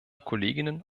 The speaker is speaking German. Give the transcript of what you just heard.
kolleginnen